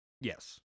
Yes